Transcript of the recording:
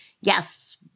Yes